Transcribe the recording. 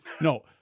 No